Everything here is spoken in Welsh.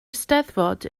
eisteddfod